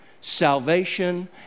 salvation